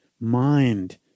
mind